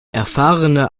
erfahrene